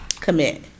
commit